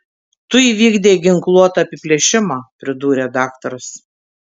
tu įvykdei ginkluotą apiplėšimą pridūrė daktaras